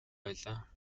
байлаа